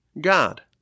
God